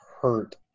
hurt